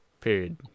Period